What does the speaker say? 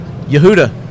Yehuda